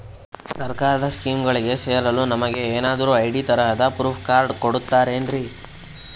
ಸರ್ಕಾರದ ಸ್ಕೀಮ್ಗಳಿಗೆ ಸೇರಲು ನಮಗೆ ಏನಾದ್ರು ಐ.ಡಿ ತರಹದ ಪ್ರೂಫ್ ಕಾರ್ಡ್ ಕೊಡುತ್ತಾರೆನ್ರಿ?